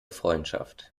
freundschaft